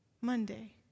Monday